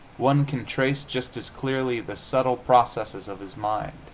one can trace just as clearly the subtle processes of his mind